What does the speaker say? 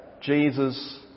Jesus